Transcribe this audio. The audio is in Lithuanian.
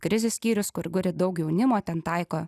krizių skyrius kur guri daug jaunimo ten taiko